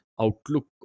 outlook